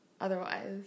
otherwise